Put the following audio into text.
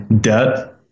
debt